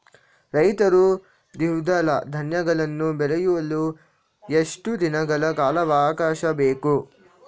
ರೈತರು ದ್ವಿದಳ ಧಾನ್ಯಗಳನ್ನು ಬೆಳೆಯಲು ಎಷ್ಟು ದಿನಗಳ ಕಾಲಾವಾಕಾಶ ಬೇಕು?